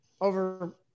over